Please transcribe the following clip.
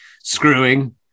screwing